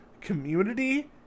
community